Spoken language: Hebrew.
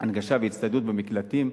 הנגשה והצטיידות במקלטים.